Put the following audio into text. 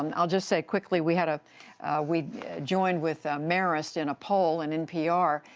um i will just say quickly, we had a we joined with marist in a poll, and npr.